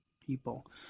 people